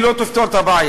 היא לא תפתור את הבעיה.